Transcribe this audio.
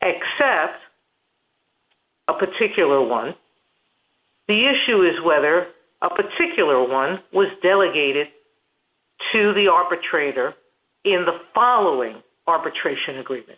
except a particular one the issue is whether a particular one was delegated to the arbitrator in the following arbitration agreement